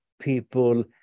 people